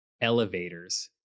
elevators